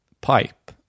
pipe